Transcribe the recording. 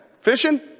Fishing